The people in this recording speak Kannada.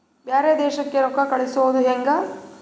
ಬ್ಯಾರೆ ದೇಶಕ್ಕೆ ರೊಕ್ಕ ಕಳಿಸುವುದು ಹ್ಯಾಂಗ?